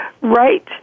right